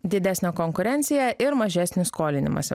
didesnę konkurenciją ir mažesnį skolinimąsi